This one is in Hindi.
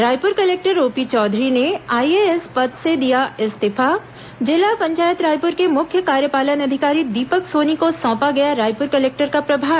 रायपुर कलेक्टर ओपी चौधरी ने आईएएस पद से दिया इस्तीफा जिला पंचायत रायपुर के मुख्य कार्यपालन अधिकारी दीपक सोनी को सौंपा गया रायपुर कलेक्टर का प्रभार